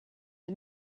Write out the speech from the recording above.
are